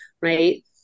right